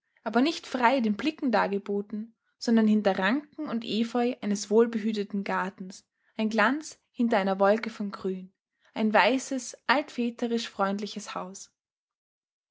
aber nicht frei den blicken dargeboten sondern hinter ranken und efeu eines wohlbehüteten gartens ein glanz hinter einer wolke von grün ein weißes altväterisch freundliches haus